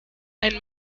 ein